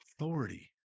authority